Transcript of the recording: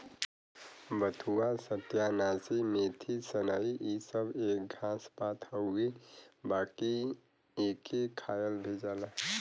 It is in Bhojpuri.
बथुआ, सत्यानाशी, मेथी, सनइ इ सब एक घास पात हउवे बाकि एके खायल भी जाला